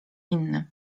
inny